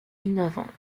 innovantes